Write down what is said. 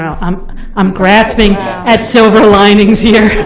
um um grasping at silver linings here.